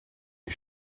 you